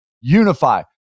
unify